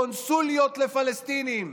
קונסוליות לפלסטינים.